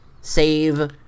save